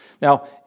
Now